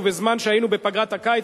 ובזמן שהיינו בפגרת הקיץ,